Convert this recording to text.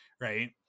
Right